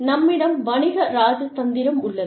நம்மிடம் வணிக இராஜதந்திரம் உள்ளது